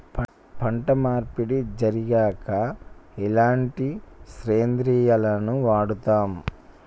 పంట మార్పిడి జరిగాక ఎలాంటి సేంద్రియాలను వాడుతం?